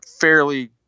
fairly